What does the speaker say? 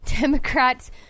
Democrats